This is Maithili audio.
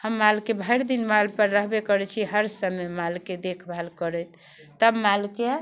हम मालके भरिदिन मालपर रहबे करै छी हर समय मालके देखभाल करैत तब मालके